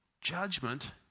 judgment